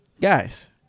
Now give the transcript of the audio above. guys